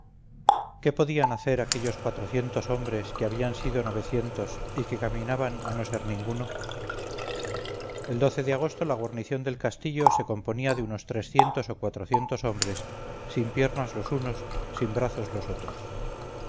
qué podían hacer aquellos cuatrocientos hombres que habían sido novecientos y que caminaban a no ser ninguno el de agosto la guarnición del castillo se componía de unos trescientos o cuatrocientos hombres sin piernas los unos sin brazos los otros